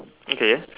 okay